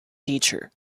teacher